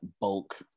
bulk